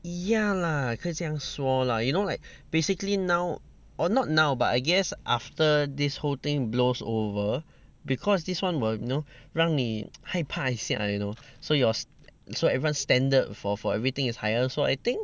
ya lah 可以这样说 lah you know like basically now or not now but I guess after this whole thing blows over because this one will know 让你害怕一下 you know so your so everyone standard for for everything is higher so I think